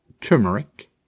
turmeric